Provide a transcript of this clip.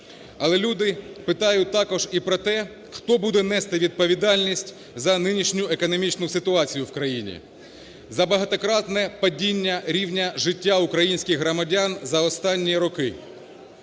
Але люди питають також і про те, хто буде нести відповідальність за нинішню економічну ситуацію в країні, за багатократне падіння рівня життя українських громадян за останні роки.